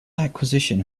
acquisition